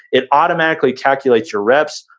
it automatically calculates your reps,